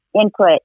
input